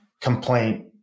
complaint